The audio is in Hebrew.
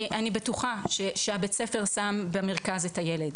אני בטוחה שבית הספר שם במרכז את הילד,